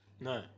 No